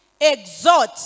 exhort